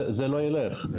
זה לא יילך.